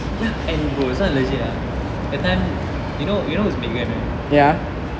ya and bro this one is legit ah that time you know you know who is ming yuan right